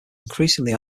increasingly